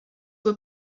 were